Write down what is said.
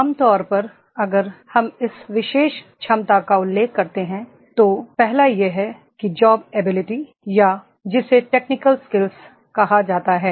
आम तौर पर अगर हम इस विशेष क्षमता का उल्लेख करते हैं तो पहला यह है कि जॉब एबिलिटी या जिसे टेक्निकल स्किल्स कहा जाता है